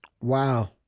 Wow